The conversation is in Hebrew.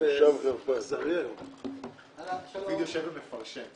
אני סמנכ"ל השקעות במשרד החקלאות.